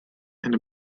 and